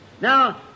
Now